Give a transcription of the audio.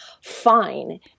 fine